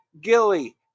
Gilly